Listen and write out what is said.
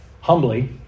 humbly